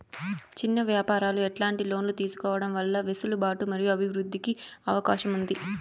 చిన్న వ్యాపారాలు ఎట్లాంటి లోన్లు తీసుకోవడం వల్ల వెసులుబాటు మరియు అభివృద్ధి కి అవకాశం ఉంది?